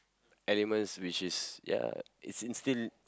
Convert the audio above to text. elements which is ya is instill